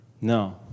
No